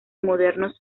modernos